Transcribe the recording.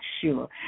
sure